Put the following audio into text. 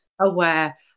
aware